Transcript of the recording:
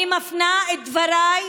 אני מפנה את דבריי